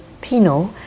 Pinot